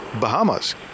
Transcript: Bahamas